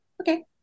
Okay